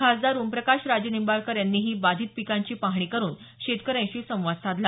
खासदार ओमप्रकाश राजे निंबाळकर यांनीही बाधित पिकांची पाहणी करुन शेतकऱ्यांशी संवाद साधला